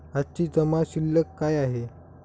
आजची जमा शिल्लक काय आहे?